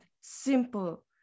simple